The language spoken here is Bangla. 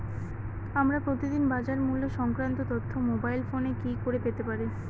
আমরা প্রতিদিন বাজার মূল্য সংক্রান্ত তথ্য মোবাইল ফোনে কি করে পেতে পারি?